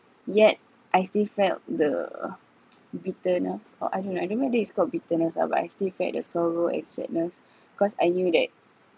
yet I still felt the bitterness or I don't know I don't know whether it's called bitterness ah but I still felt that sorrow and sadness cause I knew that